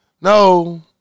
no